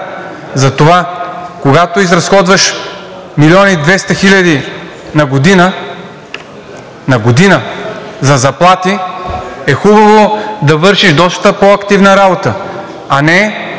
Затова, когато изразходваш милион и 200 хиляди на година за заплати, е хубаво да вършиш доста по-активна работа. А не